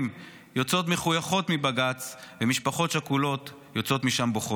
יוצאות מחויכות מבג"ץ ומשפחות שכולות יוצאות משם בוכות?